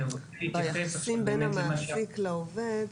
התקנות לא עוסקות ביחסים בין המעסיק לעובד.